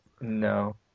no